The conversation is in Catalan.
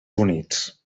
units